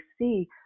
see